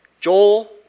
Joel